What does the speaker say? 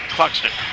Cluxton